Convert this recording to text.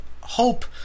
hope